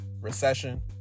recession